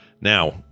Now-